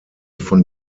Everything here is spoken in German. von